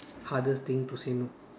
hardest thing to say no